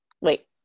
Wait